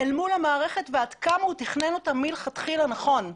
אל מול המערכת ועד כמה הוא תכנן אותה מלכתחילה נכון,